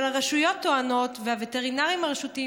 אבל הרשויות טוענות והווטרינרים הרשותיים